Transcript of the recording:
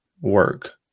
work